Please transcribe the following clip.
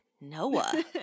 Noah